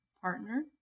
partner